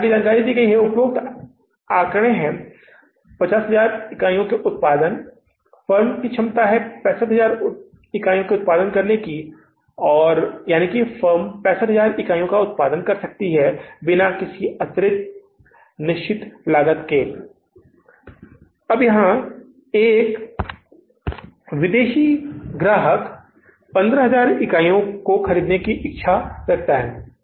अब हमें दी गई आगे की जानकारी है उपरोक्त आंकड़े हैं 50000 इकाइयों का उत्पादन फर्म की क्षमता 65000 इकाइयों का निर्माण करने के लिए है फर्म 65000 इकाइयों का निर्माण कर सकती है बिना किसी प्रकार की अतिरिक्त निश्चित लागत के एक विदेशी ग्राहक की इच्छा 15000 इकाइयों को खरीदने की है